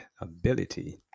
ability